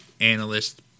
analyst